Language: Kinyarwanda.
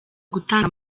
gutanga